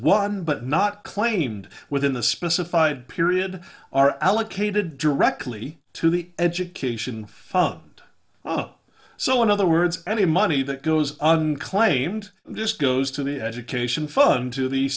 won but not claimed within the specified period are allocated directly to the education fund oh so in other words any money that goes unclaimed just goes to the education fund to the